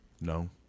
No